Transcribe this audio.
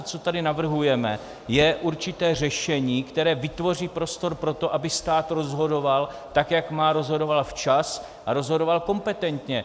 A to, co tady navrhujeme, je určité řešení, které vytvoří prostor pro to, aby stát rozhodoval tak, jak má, a rozhodoval včas a rozhodoval kompetentně.